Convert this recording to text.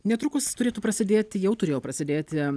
netrukus turėtų prasidėti jau turėjo prasidėti